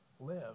live